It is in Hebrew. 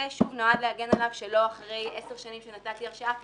זה נועד להגן עליו כדי שלא אחרי 10 שנים שנתתי הרשאה,